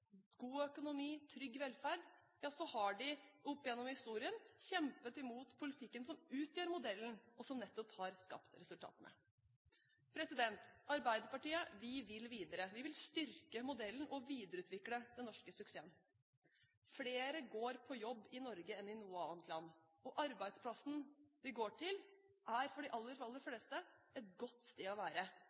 god økonomi og trygg velferd – har de opp gjennom historien kjempet imot politikken som utgjør modellen, og som nettopp har skapt resultatene. Arbeiderpartiet vil videre. Vi vil styrke modellen og videreutvikle den norske suksessen. Flere går på jobb i Norge enn i noe annet land. Arbeidsplassen vi går til, er for de aller fleste et godt sted å være.